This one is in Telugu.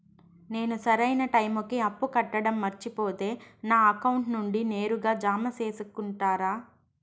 నేను సరైన టైముకి అప్పు కట్టడం మర్చిపోతే నా అకౌంట్ నుండి నేరుగా జామ సేసుకుంటారా?